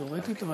תאורטית.